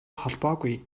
холбоогүй